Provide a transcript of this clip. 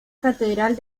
catedral